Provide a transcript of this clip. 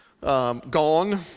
gone